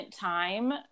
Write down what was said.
time